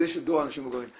אז יש את דור האנשים המבוגרים,